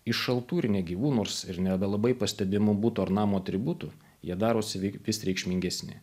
iš šaltų ir negyvų ir nebelabai pastebimų buto ar namo atributų jie darosi vis reikšmingesni